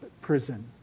prison